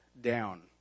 down